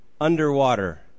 underwater